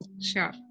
Sure